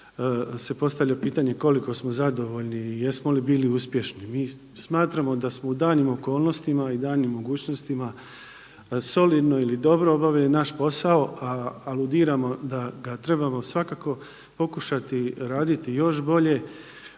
se postavlja pitanje koliko smo zadovoljni i jesmo li bili uspješni. Mi smatramo da smo u daljnjim okolnostima i daljnim mogućnostima solidno ili dobro obavili naš posao, a aludiramo da ga svakako trebamo pokušati raditi još bolje.